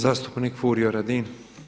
Zastupnik Furio Radin.